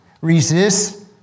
Resist